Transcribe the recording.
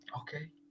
Okay